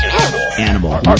Animal